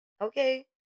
Okay